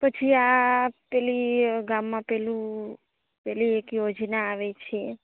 પછી આ પેલી ગામમાં પેલું પેલી એક યોજના આવે છે